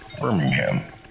Birmingham